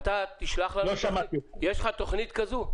יש לך תוכנית כזו?